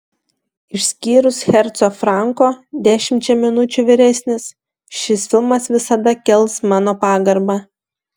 išskyrus herco franko dešimčia minučių vyresnis šis filmas visada kels mano pagarbą